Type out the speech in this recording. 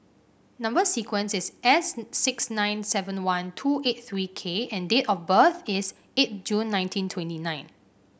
number sequence is S six nine seven one two eight three K and date of birth is eight June nineteen twenty nine